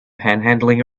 panhandling